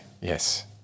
Yes